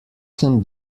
can